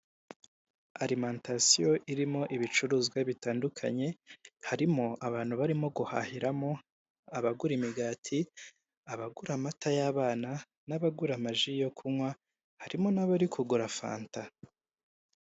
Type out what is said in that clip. Alimantasiyo irimo ibicuruzwa bitandukanye harimo abantu barimo guhahiramo, abagura imigati, abagura amata y'abana n'abagura amaji yo kunywa harimo n'abari kugura fanta.